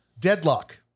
deadlock